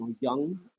young